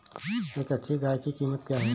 एक अच्छी गाय की कीमत क्या है?